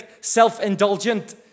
self-indulgent